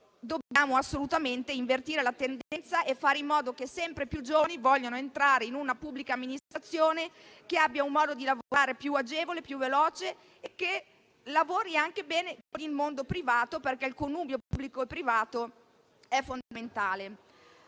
dobbiamo assolutamente invertire la tendenza e fare in modo che sempre più giovani vogliano entrare in una pubblica amministrazione che abbia un modo di lavorare più agevole e più veloce e che lavori anche bene con il mondo privato, perché il connubio pubblico-privato è fondamentale.